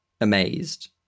amazed